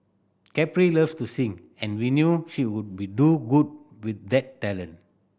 Capri loves to sing and we knew she would be do good with that talent